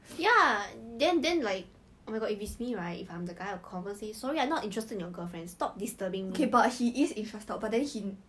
group for the module so obviously if you're in the same group you have to sit in the same table right then 刚好他坐在 venus 的旁边 then the boyfriend 就不爽 liao